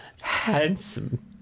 Handsome